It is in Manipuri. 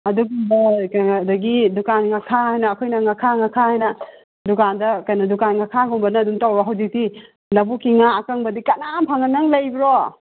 ꯑꯗꯨꯒꯨꯝꯕ ꯀꯩꯅꯣ ꯑꯗꯒꯤ ꯗꯨꯀꯥꯟ ꯉꯥꯈꯥ ꯍꯥꯏꯅ ꯑꯩꯈꯣꯏꯅ ꯉꯥꯈꯥ ꯉꯥꯈꯥ ꯍꯥꯏꯅ ꯗꯨꯀꯥꯟꯗ ꯀꯩꯅꯣ ꯗꯨꯀꯥꯟ ꯉꯥꯈꯥꯒꯨꯝꯕꯅ ꯑꯗꯨꯝ ꯇꯧꯔꯣ ꯍꯧꯖꯤꯛꯇꯤ ꯂꯧꯕꯨꯛꯀꯤ ꯉꯥ ꯑꯀꯪꯕꯗꯤ ꯀꯅꯥꯝ ꯐꯪꯉꯣꯏ ꯅꯪ ꯂꯩꯕ꯭ꯔꯣ